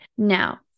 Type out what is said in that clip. Now